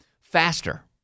faster